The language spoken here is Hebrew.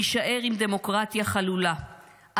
נישאר עם דמוקרטיה חלולה,